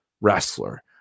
wrestler